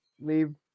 leave